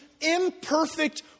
imperfect